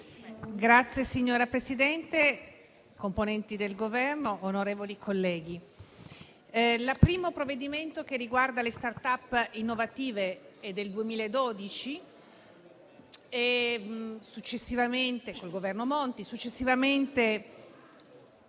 Signora Presidente, componenti del Governo, onorevoli colleghi, il primo provvedimento che riguarda le *start-up* innovative è del 2012, con il Governo Monti, e successivamente